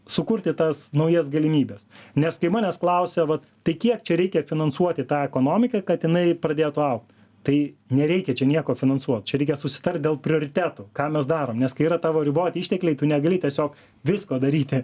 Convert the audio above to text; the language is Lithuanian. sukurti tas naujas galimybes nes kai manęs klausia vat tai kiek čia reikia finansuoti tą ekonomiką kad jinai pradėtų augt tai nereikia čia nieko finansuot čia reikia susitart dėl prioritetų ką mes darom nes kai yra tavo riboti ištekliai tu negali tiesiog visko daryti